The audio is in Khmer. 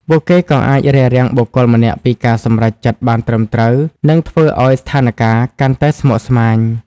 ពួកគេក៏អាចរារាំងបុគ្គលម្នាក់ពីការសម្រេចចិត្តបានត្រឹមត្រូវ និងធ្វើឲ្យស្ថានការណ៍កាន់តែស្មុគស្មាញ។